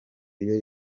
iyo